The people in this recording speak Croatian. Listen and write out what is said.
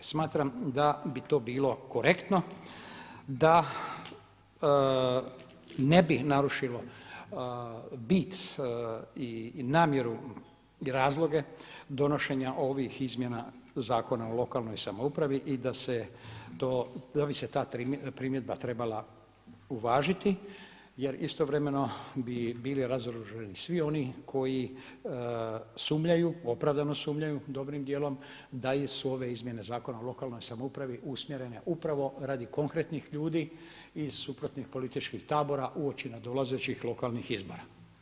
Smatram da bi to bilo korektno, da ne bi narušilo bit i namjeru i razloge donošenja ovih izmjena Zakona o lokalnoj samoupravi i da bi se ta primjedba trebala uvažiti jer istovremeno bi bilo razoružani svi oni koji sumnjaju, opravdano sumnjaju dobrim dijelom, da su ove izmjene Zakona o lokalnoj samoupravi usmjerene upravo radi konkretno ljudi iz suprotnih političkih tabora uoči nadolazećih lokalnih izbora.